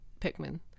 Pikmin